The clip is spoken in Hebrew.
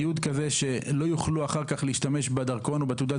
תיעוד כזה שלא יוכלו אחר כך להשתמש בדרכון או בתעודת